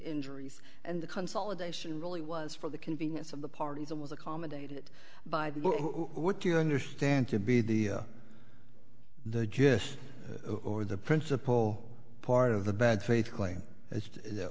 injuries and the consolidation really was for the convenience of the parties and was accommodated by what you understand to be the the just or the principal part of the bad faith claim it's